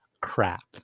crap